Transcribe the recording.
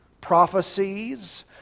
prophecies